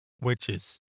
witches